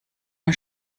man